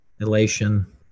elation